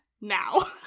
now